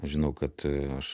žinau kad aš